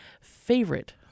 favorite